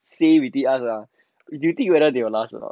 say within ask do you think whether they will last or not